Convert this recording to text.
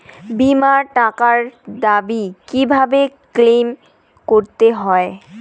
বিমার টাকার দাবি কিভাবে ক্লেইম করতে হয়?